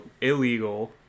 illegal